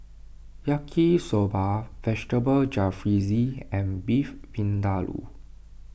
Yaki Soba Vegetable Jalfrezi and Beef Vindaloo